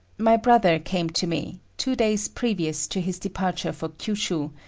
my brother came to me, two days previous to his departure for kyushu,